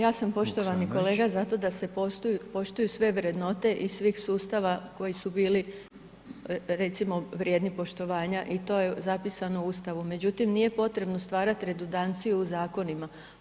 Pa ja sam poštovani kolega za to da se poštuju sve vrednote iz svih sustava koji su bili recimo vrijedni poštovanja i to je zapisano u Ustavu međutim nije potrebno stvarati redundanciju u zakonima.